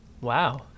Wow